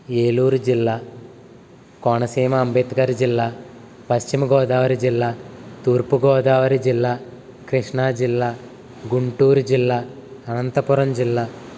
ఏలూరు జిల్లా కోనసీమ అంబేద్కర్ జిల్లా పశ్చిమ గోదావరి జిల్లా తూర్పు గోదావరి జిల్లా కృష్ణాజిల్లా గుంటూరు జిల్లా అనంతపురం జిల్లా